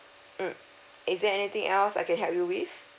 mm is there anything else I can help you with